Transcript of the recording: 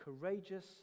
courageous